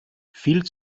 viel